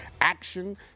action